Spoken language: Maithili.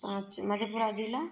मधेपुरा जिला